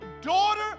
daughter